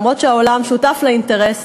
אף שהעולם שותף לאינטרס,